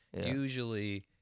usually